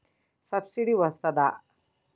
Subsidy వస్తదా?